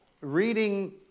reading